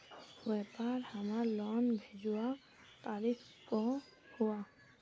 व्यापार हमार लोन भेजुआ तारीख को हुआ?